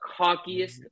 cockiest